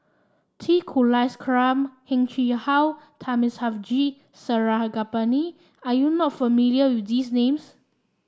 T Kulasekaram Heng Chee How Thamizhavel G Sarangapani are you not familiar with these names